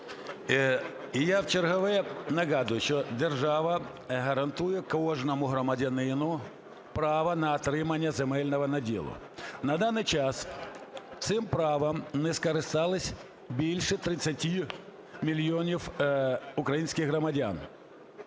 Я вчергове нагадую, що держава гарантує кожному громадянину право на отримання земельного наділу. На даний час цим правом не скористались більше 30 мільйонів українських громадян.